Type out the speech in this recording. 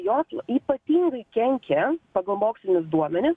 jos ypatingai kenkia pagal mokslinius duomenis